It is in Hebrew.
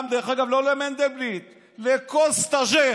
גם, דרך אגב, לא למנדלבליט, לכל סטאז'ר,